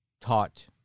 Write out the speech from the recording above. taught